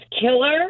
Killer